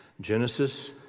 Genesis